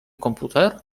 komputer